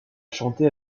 chanté